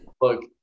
Look